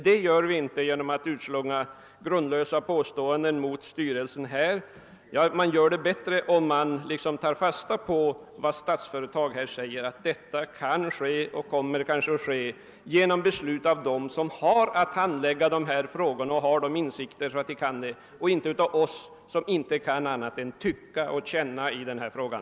Det gör vi inte genom att utslunga grundlösa påståenden mot styrelsen, utan vi bör ta fasta på vad Statsföretag säger, att detta kan förverkligas och kanske kommer att förverkligas genom beslut av dem som skall handlägga dessa frågor och har tillräckliga insikter för att göra det. Det kan inte göras genom oss, som bara kan tycka och känna i den här frågan.